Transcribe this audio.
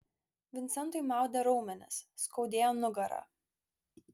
vincentui maudė raumenis skaudėjo nugarą